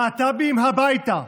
להט"בים הביתה,